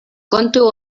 kontu